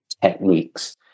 techniques